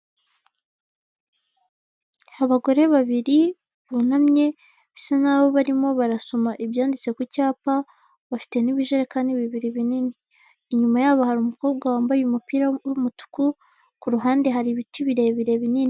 Abagore babiri bunamye, bisa nkaho barimo barasoma ibyanditse ku cyapa, bafite n'ibijerekani bibiri binini. Inyuma yabo hari umukobwa wambaye umupira w'umutuku, ku ruhande hari ibiti birebire, binini.